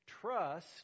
trust